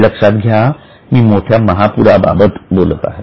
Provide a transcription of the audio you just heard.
हे लक्षात घ्या मी मोठ्या पुरा बाबत बोलत आहे